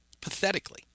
pathetically